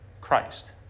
Christ